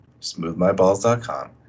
smoothmyballs.com